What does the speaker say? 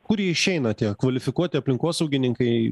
kur jie išeina tie kvalifikuoti aplinkosaugininkai